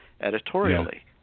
editorially